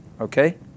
Okay